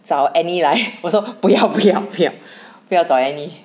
找 annie 来 我说不要不要不要不要找 annie